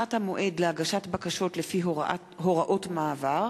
(הארכת המועד להגשת בקשות לפי הוראות המעבר),